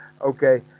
okay